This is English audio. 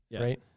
Right